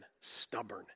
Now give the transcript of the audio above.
stubborn